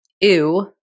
ew